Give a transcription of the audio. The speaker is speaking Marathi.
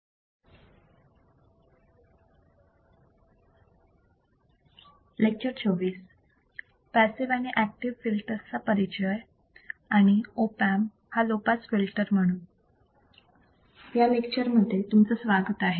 या लेक्चर मध्ये तुमचं स्वागत आहे